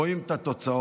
רואים את התוצאה.